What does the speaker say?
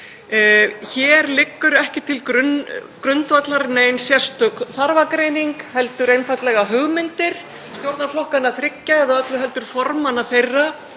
Hér liggur ekki til grundvallar nein sérstök þarfagreining heldur einfaldlega hugmyndir stjórnarflokkanna þriggja, eða öllu heldur formanna þeirra,